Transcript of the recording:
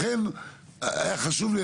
לכן היה חשוב לי,